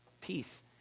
peace